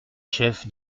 chef